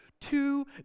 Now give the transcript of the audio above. Two